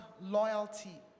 loyalty